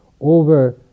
over